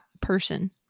person